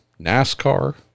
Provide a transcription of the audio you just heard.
NASCAR